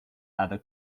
other